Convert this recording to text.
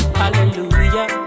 hallelujah